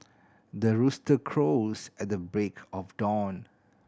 the rooster crows at the break of dawn